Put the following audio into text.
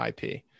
ip